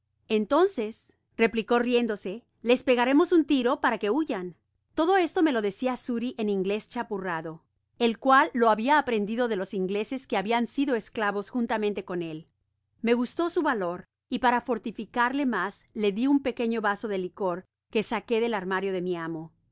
entonces re plicó riéndose les pegaremos un tiro para que huyan todo esto me lo decia xuri en inglés chapurrado el cual lo habia aprendido de los ingleses que habian sido esclavos juntamente con él me gustó su valor y para fortificarle mas le di un pequeño vaso de licor que saqué del armario de mi amo sin